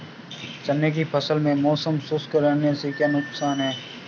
चने की फसल में मौसम शुष्क रहने से क्या नुकसान है?